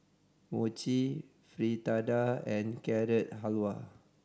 Mochi Fritada and Carrot Halwa